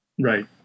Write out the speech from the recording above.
Right